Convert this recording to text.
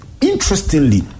interestingly